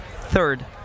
third